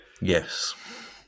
Yes